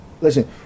listen